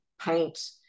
paint